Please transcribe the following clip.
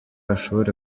ashobore